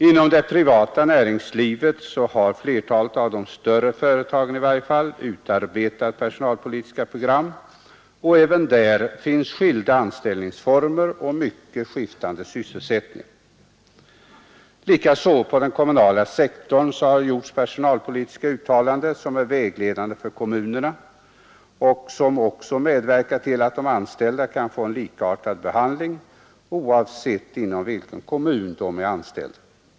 Inom det privata näringslivet har flertalet av de större företagen utarbetat personalpolitiska program, och även där finns skilda anställningsformer och mycket skiftande sysselsättningar. På den kommunala sektorn har det gjorts personalpolitiska uttalanden, som är vägledande för kommunerna och som också medverkar till att de anställda kan få en likartad behandling oavsett inom vilken kommun de är anställda.